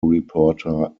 reporter